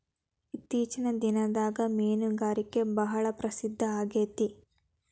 ಇತ್ತೇಚಿನ ದಿನದಾಗ ಮೇನುಗಾರಿಕೆ ಭಾಳ ಪ್ರಸಿದ್ದ ಆಗೇತಿ